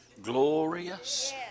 Glorious